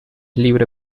libre